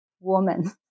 woman